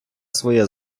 своє